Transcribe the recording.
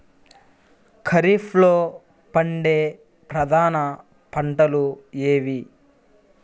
ఖరీఫ్లో పండే ప్రధాన పంటలు ఏవి?